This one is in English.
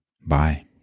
bye